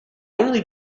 only